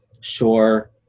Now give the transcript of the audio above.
Sure